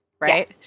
right